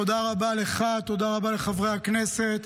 תודה רבה לך, תודה רבה לחברי הכנסת.